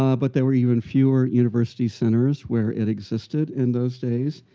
ah but there were even fewer university centers where it existed in those days.